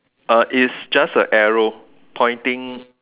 uh is just a arrow pointing